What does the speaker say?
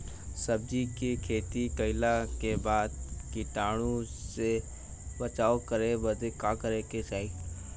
सब्जी के खेती कइला के बाद कीटाणु से बचाव करे बदे का करे के चाही?